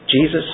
Jesus